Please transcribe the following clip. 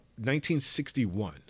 1961